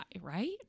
right